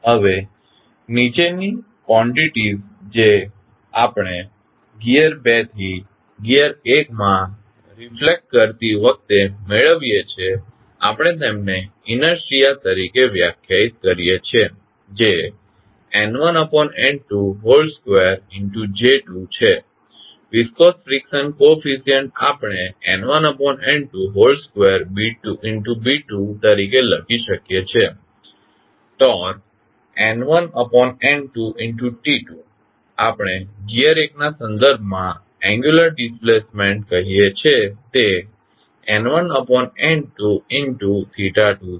હવે નીચેની ક્વોંટીટીસ જે આપણે ગિઅર 2 થી ગિઅર 1 માં રિફક્લેટ કરતી વખતે મેળવીએ છીએ આપણે તેમને ઇનેર્શીઆ તરીકે વ્યાખ્યાયિત કરીએ છીએ જે N1N22J2 છે વિસ્કોસ ફ્રીક્શન કોફીસ્યંટ આપણે N1N22B2 તરીકે કહીએ છીએ ટોર્ક N1N2T2 આપણે ગિઅર 1 ના સંદર્ભમાં એંગ્યુલર ડિસ્પ્લેસમેન્ટ કહીએ છીએ તે N1N22 છે